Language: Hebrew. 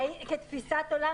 כתפיסת עולם,